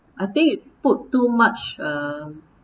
I think you put too much uh